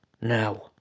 Now